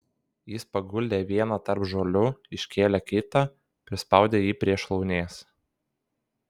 jis paguldė vieną tarp žolių iškėlė kitą prispaudė jį prie šlaunies